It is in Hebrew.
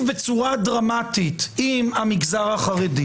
בצורה דרמטית עם המגזר החרדי.